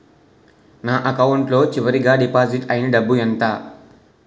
నా అకౌంట్ లో చివరిగా డిపాజిట్ ఐనా డబ్బు ఎంత?